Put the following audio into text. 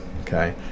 okay